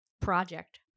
project